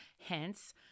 Hence